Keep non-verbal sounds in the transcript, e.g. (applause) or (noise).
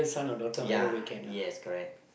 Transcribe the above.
(noise) ya yes correct